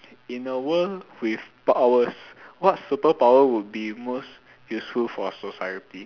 in a world with powers what superpower will be most useful for society